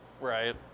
Right